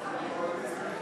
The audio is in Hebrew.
כבוד היושבת-ראש,